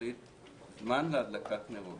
זמן להדלקת נרות.